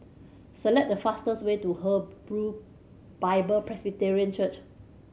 select the fastest way to Hebron Bible Presbyterian Church